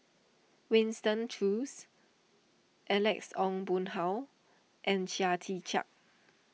Winston Choos Alex Ong Boon Hau and Chia Tee Chiak